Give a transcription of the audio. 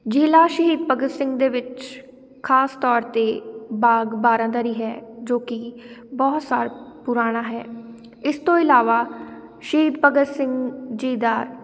ਜ਼ਿਲ੍ਹਾ ਸ਼ਹੀਦ ਭਗਤ ਸਿੰਘ ਦੇ ਵਿੱਚ ਖਾਸ ਤੌਰ 'ਤੇ ਬਾਗ ਬਾਰਾਂਦਰੀ ਹੈ ਜੋ ਕਿ ਬਹੁਤ ਸਾਲ ਪੁਰਾਣਾ ਹੈ ਇਸ ਤੋਂ ਇਲਾਵਾ ਸ਼ਹੀਦ ਭਗਤ ਸਿੰਘ ਜੀ ਦਾ